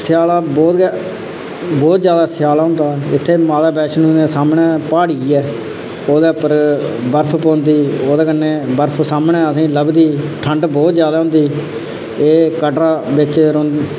स्याला बहुत गै बहुत ज्यादा स्याला होंदा इत्थै माता वैश्णो दे सामनै प्हाड़ी ऐ ओह्दे पर बर्फ पौंदी ओह्दे कन्नै बर्फ सामने असेंगी लभदी ठंड बहुत ज्यादा होंदी एह् कटड़ा बिच